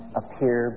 appear